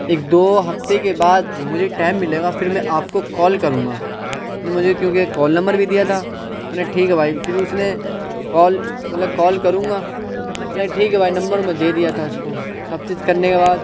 ایک دو ہفتے کے بعد مجھے ٹائم ملے گا پھر میں آپ کو کال کروں گا پھر مجھے کیوں کہ کال نمبر بھی دیا تھا میں نے ٹھیک ہے بھائی پھر اس نے کال بولا کال کروں گا میں نے ٹھیک ہے بھائی نمبر میں نے دے دیا تھا اس کو سب چیز کرنے کے بعد